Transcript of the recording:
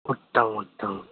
उत्तम उत्तम